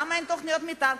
למה אין תוכניות מיתאר?